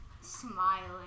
Smiling